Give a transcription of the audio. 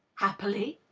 happily!